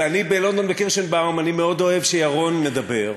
אני ב"לונדון וקירשנבאום" מאוד אוהב שירון מדבר,